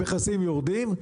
המכסים יורדים.